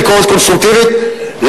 ביקורת קונסטרוקטיבית,